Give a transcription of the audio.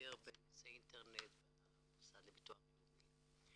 בכיר בנושא אינטרנט במוסד לביטוח לאומי.